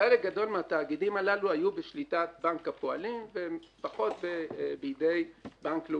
חלק גדול מהתאגידים הללו היו בשליטת בנק הפועלים ופחות בידי בנק לאומי.